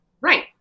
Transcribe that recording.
Right